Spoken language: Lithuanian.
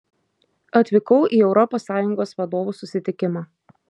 atvykau į europos sąjungos vadovų susitikimą